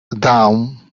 damn